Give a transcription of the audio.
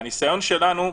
מהניסיון שלנו,